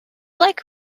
like